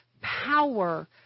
power